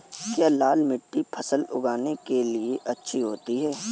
क्या लाल मिट्टी फसल उगाने के लिए अच्छी होती है?